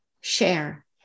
share